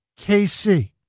KC